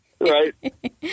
right